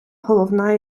головна